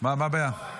--- מה הבעיה?